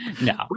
No